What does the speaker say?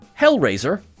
Hellraiser